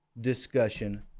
discussion